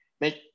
make